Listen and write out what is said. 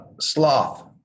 sloth